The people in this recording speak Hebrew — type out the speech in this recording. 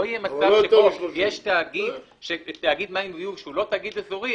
לא יהיה מצב שתאגיד מים שהוא לא תאגיד אזורי,